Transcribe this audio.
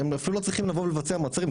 הם אפילו לא צריכים לבוא ולבצע מעצרים,